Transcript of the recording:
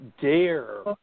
dare